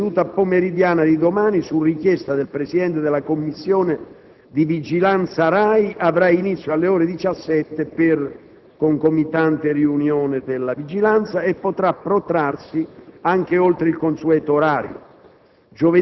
La seduta pomeridiana di domani, su richiesta del Presidente della Commissione di vigilanza RAI, avrà inizio alle ore 17 (per concomitante riunione della Commissione) e potrà protrarsi anche oltre il consueto orario.